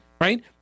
right